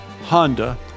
Honda